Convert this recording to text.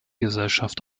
gesellschaft